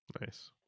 Nice